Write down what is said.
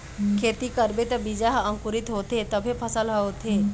खेती करबे त बीजा ह अंकुरित होथे तभे फसल ह होथे